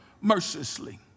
mercilessly